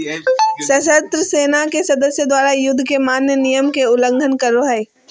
सशस्त्र सेना के सदस्य द्वारा, युद्ध के मान्य नियम के उल्लंघन करो हइ